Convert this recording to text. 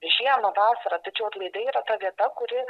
žiemą vasarą tačiau atlaidai yra ta vieta kuri